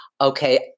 Okay